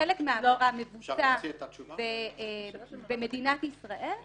כשחלק מן העבירה מבוצע במדינת ישראל,